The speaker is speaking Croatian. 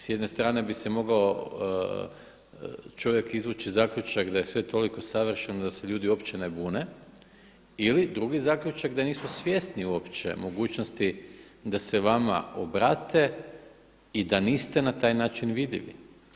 S jedne strane bi se mogao čovjek izvući zaključak da je sve toliko savršeno da se ljudi uopće ne bune ili drugi zaključak da nisu svjesni uopće mogućnosti da se vama obrate i da niste na taj način vidljivi.